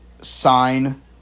sign